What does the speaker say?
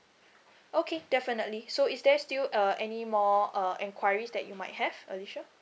okay definitely so is there still uh any more uh enquiries that you might have alisa